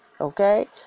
Okay